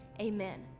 amen